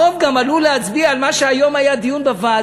הרוב גם עלול להצביע על מה שהיום היה עליו דיון בוועדה,